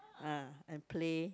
ah and play